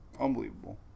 Unbelievable